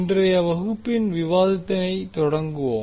இன்றைய வகுப்பின் விவாதத்தினை தொடங்குவோம்